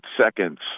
seconds